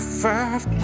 five